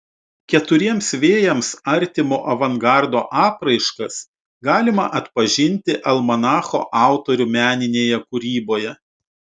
keturiems vėjams artimo avangardo apraiškas galima atpažinti almanacho autorių meninėje kūryboje